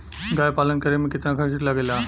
गाय पालन करे में कितना खर्चा लगेला?